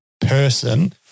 person